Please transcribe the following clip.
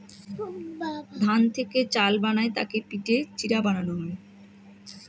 ধান থেকে চাল বানায় তাকে পিটে চিড়া বানানো হয়